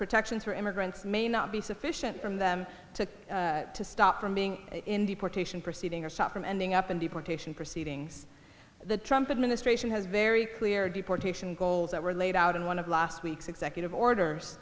protections for immigrants may not be sufficient from them to to stop from being in deportation proceeding or shot from ending up in deportation proceedings the trumpet ministration has very clear deportation goals that were laid out in one of last week's executive orders